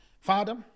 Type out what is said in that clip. Father